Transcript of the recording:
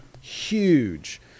huge